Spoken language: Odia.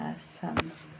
ଆସାମ